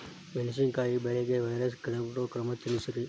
ಮೆಣಸಿನಕಾಯಿ ಬೆಳೆಗೆ ವೈರಸ್ ತಡೆಗಟ್ಟುವ ಕ್ರಮ ತಿಳಸ್ರಿ